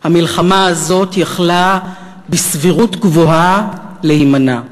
המלחמה הזאת יכלה בסבירות גבוהה להימנע.